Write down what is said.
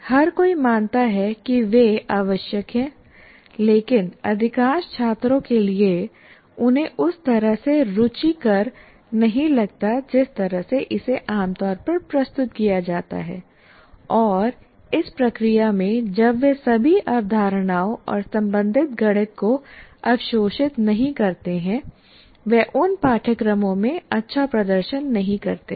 हर कोई मानता है कि वे आवश्यक हैं लेकिन अधिकांश छात्रों के लिए उन्हें उस तरह से रुचिकर नहीं लगता जिस तरह से इसे आम तौर पर प्रस्तुत किया जाता है और इस प्रक्रिया में जब वे सभी अवधारणाओं और संबंधित गणित को अवशोषित नहीं करते हैं वे उन पाठ्यक्रमों में अच्छा प्रदर्शन नहीं करते हैं